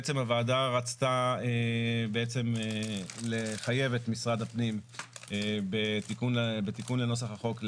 הוועדה רצתה לחייב את משרד הפנים בתיקון לנוסח החוק,